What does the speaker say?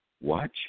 watch